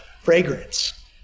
fragrance